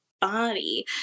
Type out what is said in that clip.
body